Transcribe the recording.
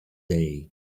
day